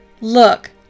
Look